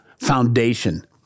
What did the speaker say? foundation